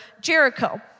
Jericho